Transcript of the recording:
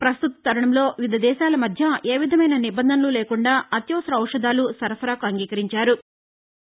ప్రస్తుత తరుణంలో వివిద దేశాల మధ్య ఏవిధమైన నిబంధనలు లేకుండా అత్యవసర ఔషధాలు సరఫరాకు అంగీకరించారు